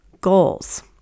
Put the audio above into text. goals